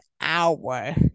hour